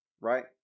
Right